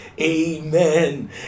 Amen